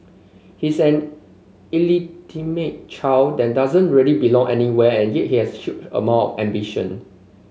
he's an illegitimate child than doesn't really belong anywhere and yet he has a huge amount ambition